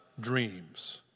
dreams